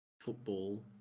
Football